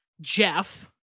Jeff